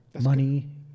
Money